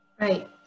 Right